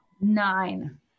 nine